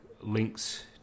links